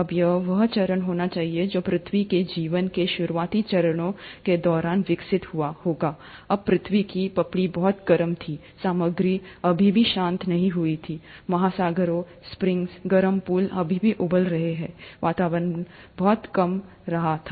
अब यह वह चरण होना चाहिए जो पृथ्वी के जीवन के शुरुआती चरणों के दौरान विकसित हुआ होगा जब पृथ्वी की पपड़ी बहुत गर्म थी सामग्री अभी भी शांत नहीं हुई है महासागरों स्प्रिंग्स गर्म पूल अभी भी उबल रहे थे वातावरण बहुत कम रहा था